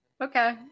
okay